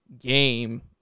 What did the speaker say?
game